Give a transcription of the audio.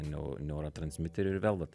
neu neurotransmiterių ir vėl vat